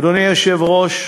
אדוני היושב-ראש,